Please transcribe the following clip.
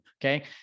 Okay